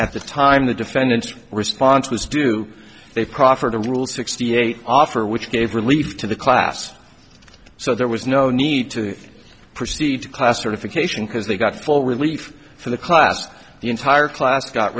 at the time the defendants response was do they proffer to rule sixty eight offer which gave relief to the class so there was no need to proceed to class certification because they got full relief for the class the entire class got